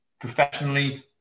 professionally